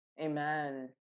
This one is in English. Amen